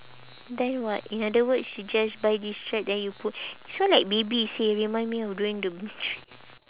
then what in other words you just buy this shirt then you put this one like baby seh remind me of doing the brooch